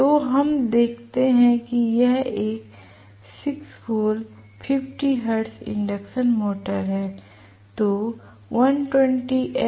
तो हम देखते हैं कि यह एक 6 पोल 50 हर्ट्ज इंडक्शन मोटर है